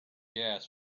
gas